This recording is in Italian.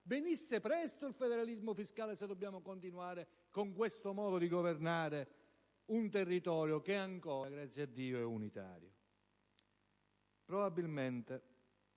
Venisse presto il federalismo fiscale se dobbiamo continuare con questo modo di governare un territorio che ancora - grazie a Dio! - è unitario. Probabilmente